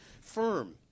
firm